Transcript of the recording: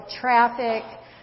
traffic